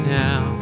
now